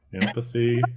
Empathy